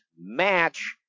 match